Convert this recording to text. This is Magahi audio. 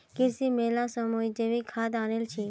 कृषि मेला स मुई जैविक खाद आनील छि